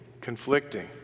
conflicting